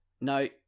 no